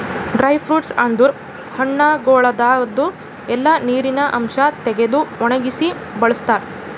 dry fruits ಅಂದುರ್ ಹಣ್ಣಗೊಳ್ದಾಂದು ಎಲ್ಲಾ ನೀರಿನ ಅಂಶ ತೆಗೆದು ಒಣಗಿಸಿ ಬಳ್ಸತಾರ್